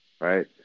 right